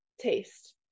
Taste